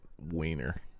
wiener